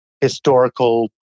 historical